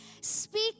speak